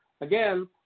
again